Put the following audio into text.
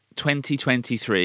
2023